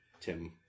Tim